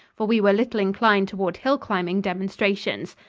for we were little inclined toward hill-climbing demonstrations.